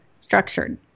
structured